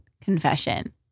Confession